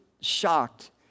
shocked